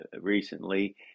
recently